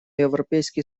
европейский